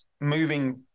moving